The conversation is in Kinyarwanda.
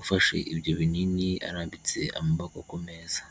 ufashe ibyo binini arambitse amaboko ku meza.